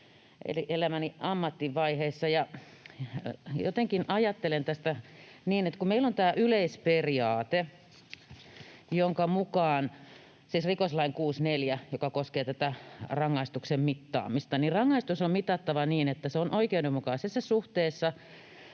elämäni eri ammattivaiheissa. Jotenkin ajattelen tästä niin, että kun meillä on tämä yleisperiaate — siis rikoslain 64, joka koskee tätä rangaistuksen mittaamista — jonka mukaan rangaistus on mitattava niin, että se on oikeudenmukaisessa suhteessa